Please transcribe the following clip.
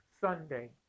Sunday